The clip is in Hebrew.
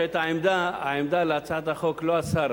שאת העמדה לגבי הצעת החוק לא השר